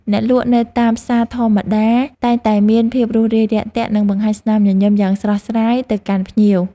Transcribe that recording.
អ្នកលក់នៅតាមផ្សារធម្មតាតែងតែមានភាពរួសរាយរាក់ទាក់និងបង្ហាញស្នាមញញឹមយ៉ាងស្រស់ស្រាយទៅកាន់ភ្ញៀវ។